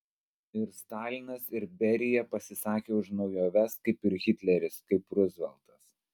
ir stalinas ir berija pasisakė už naujoves kaip ir hitleris kaip ruzveltas